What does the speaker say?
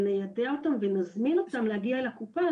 ניידע אותם ונזמין אותם להגיע לקופה,